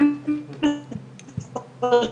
שנים -- -(נתק בזום).